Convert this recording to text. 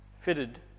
fitted